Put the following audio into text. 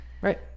right